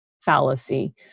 fallacy